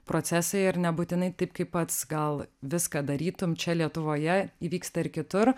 procesai ir nebūtinai taip kaip pats gal viską darytum čia lietuvoje įvyksta ir kitur